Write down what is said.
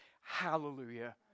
hallelujah